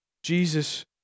Jesus